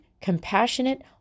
compassionate